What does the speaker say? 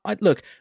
look